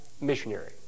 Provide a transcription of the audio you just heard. missionary